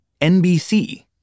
NBC